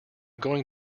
going